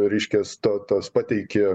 reiškias to tos pateiki